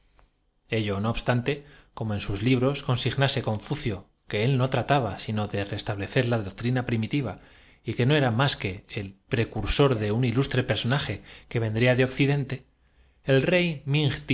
ello no obstante como en sus libros consignase transmitir su influencia á las antagonismos religiosos confucio que él no trataba sino de restablecer la doc que entre sí despertábanlos tres principios de lao tsé trina primitiva y que no era más que el precursor de confucio y fó ó budha un ilustre personaje que vendría de occidente el rey